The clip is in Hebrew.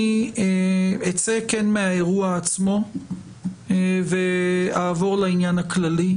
אני אצא כן מהאירוע עצמו ואעבור לעניין הכללי,